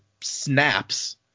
snaps